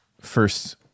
first